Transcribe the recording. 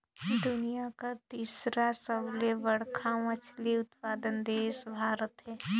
दुनिया कर तीसर सबले बड़खा मछली उत्पादक देश भारत हे